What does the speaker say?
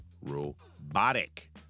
robotic